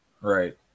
Right